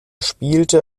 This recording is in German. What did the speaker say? spielte